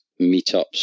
meetups